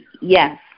Yes